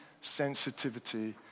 sensitivity